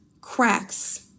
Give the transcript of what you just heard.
cracks